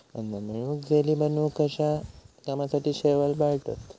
अन्न मिळवूक, जेली बनवूक अश्या कामासाठी शैवाल पाळतत